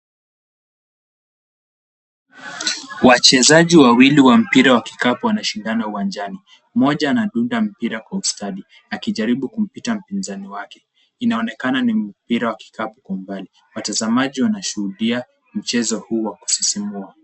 Wachezaji wawili wa mpira wa kikapu wanashindana uwanjani. Mmoja anadunda mpira kwa ustadi akijaribu kumpita mpinzani wake. Inaonekana ni mpira wa kikapu kwa umbali. Watazamaji wanashuhudia mchezo huu wa kusisimua.